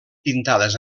pintades